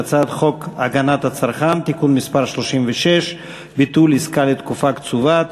הצעת חוק הגנת הצרכן (תיקון מס' 36) (ביטול עסקה לתקופה קצובה),